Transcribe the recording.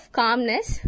calmness